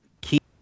Keep